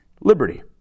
liberty